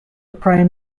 prime